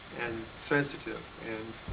and sensitive, and,